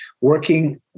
working